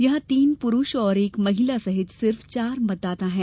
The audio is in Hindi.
यहां तीन पुरूष और एक महिला सहित सिर्फ चार मतदाता है